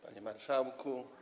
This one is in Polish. Panie Marszałku!